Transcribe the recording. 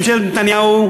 ממשלת נתניהו,